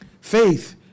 Faith